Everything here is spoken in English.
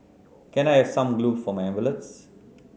can I have some glue for my envelopes